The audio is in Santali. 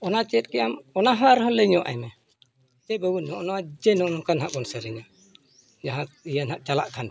ᱚᱱᱟ ᱪᱮᱫ ᱠᱮᱜ ᱟᱢ ᱚᱱᱟ ᱦᱚᱸ ᱟᱨ ᱦᱚᱸ ᱞᱟᱹᱭ ᱧᱚᱜ ᱟᱭᱢᱮ ᱡᱮ ᱵᱟᱹᱵᱩ ᱱᱚᱜ ᱱᱚᱣᱟ ᱡᱮ ᱱᱚᱜᱼᱚᱸᱭ ᱱᱚᱝᱠᱟ ᱱᱟᱦᱟᱜ ᱵᱚᱱ ᱥᱮᱨᱮᱧᱟ ᱡᱟᱦᱟᱸ ᱤᱭᱟᱹ ᱱᱟᱦᱟᱜ ᱯᱮ ᱪᱟᱞᱟᱜ ᱠᱷᱟᱱ ᱯᱮ